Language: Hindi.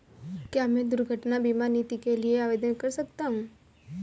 क्या मैं दुर्घटना बीमा नीति के लिए आवेदन कर सकता हूँ?